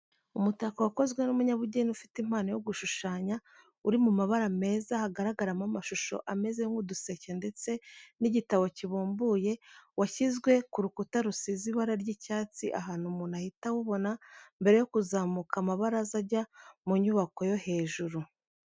Umutako wakozwe n'umunyabugeni ufite impano yo gushushanya, uri mu mabara meza hagaragaramo amashusho ameze nk'uduseke ndetse n'igitabo kibumbuye, washyizwe ku rukuta rusize ibara ry'icyatsi ahantu umuntu ahita awubona mbere yo kuzamuka amabaraza ajya mu nyubako yo hejuru.